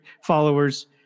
followers